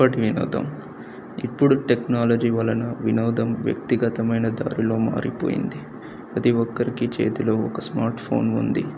ఇప్పటి వినోదం ఇప్పుడు టెక్నాలజీ వలన వినోదం వ్యక్తిగతమైన దారిలో మారిపోయింది ప్రతి ఒక్కరికి చేతిలో ఒక స్మార్ట్ఫోన్ ఉంది